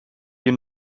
hier